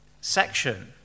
section